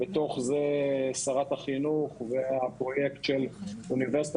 ובתוך זה שרת החינוך והפרויקט של אוניברסיטה